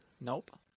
Nope